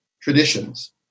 traditions